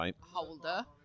holder